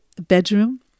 bedroom